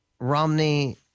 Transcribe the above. Romney